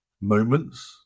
moments